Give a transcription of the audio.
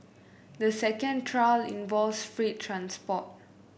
the second trial involves freight transport